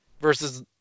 versus